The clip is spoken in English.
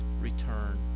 return